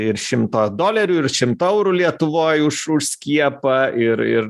ir šimto dolerių ir šimto eurų lietuvoj už už skiepą ir ir